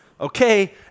okay